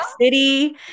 City